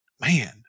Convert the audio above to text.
man